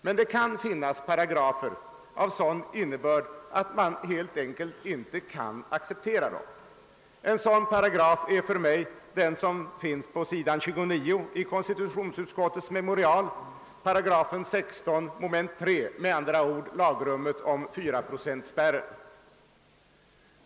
Det kan dock finnas paragrafer av sådan innebörd, att man helt enkelt inte kan acceptera dem. En sådan paragraf är för mig den föreslagna § 16 mom. 3 riksdagsordningen, d. v. s. lagrummet om 4-procentspärren.